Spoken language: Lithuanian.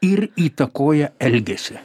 ir įtakoja elgesį